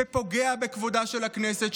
שפוגע בכבודה של הכנסת,